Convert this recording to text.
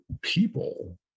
people